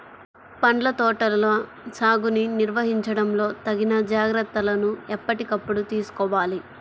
పండ్ల తోటల సాగుని నిర్వహించడంలో తగిన జాగ్రత్తలను ఎప్పటికప్పుడు తీసుకోవాలి